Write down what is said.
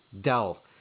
Dell